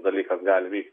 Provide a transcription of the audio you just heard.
dalykas gali vykti